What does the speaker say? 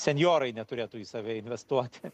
senjorai neturėtų į save investuoti